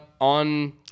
on